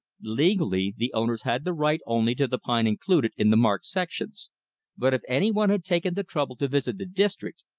legally the owners had the right only to the pine included in the marked sections but if anyone had taken the trouble to visit the district,